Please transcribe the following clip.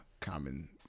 common